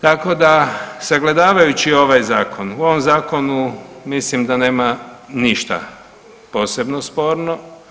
Tako da, sagledavajući ovaj Zakon, u ovom Zakonu mislim da nema ništa posebno sporno.